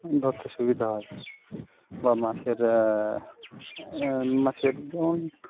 ধরতে সুবিধা হয় বা মাছের মাছের যেমন